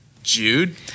Jude